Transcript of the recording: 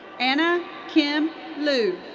anna kim luu.